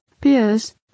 peers